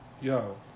Yo